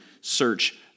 search